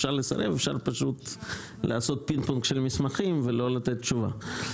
אפשר לסרב ואפשרה פשוט לעשות פינג פונג של מסמכים ולא לתת תשובה.